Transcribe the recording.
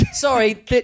Sorry